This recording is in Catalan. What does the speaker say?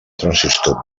transistor